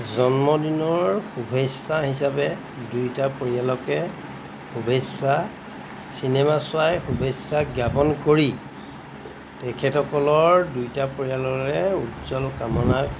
জন্মদিনৰ শুভেচ্ছা হিচাপে দুয়োটা পৰিয়ালকে শুভেচ্ছা চিনেমা চোৱাই শুভেচ্ছা জ্ঞাপন কৰি তেখেতসকলৰ দুয়োটা পৰিয়ালৰে উজ্জ্বল কামনা